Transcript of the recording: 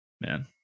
Man